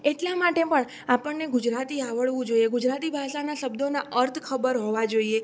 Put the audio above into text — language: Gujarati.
એટલા માટે પણ આપણને ગુજરાતી આવડવું જોઈએ ગુજરાતી ભાષાના શબ્દોના અર્થ ખબર હોવા જોઈએ